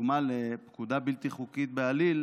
כדוגמה לפקודה בלתי חוקית בעליל,